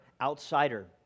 outsider